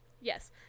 Yes